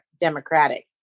democratic